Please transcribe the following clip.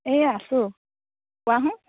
এই আছোঁ কোৱাচোন